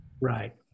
Right